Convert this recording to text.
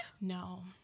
No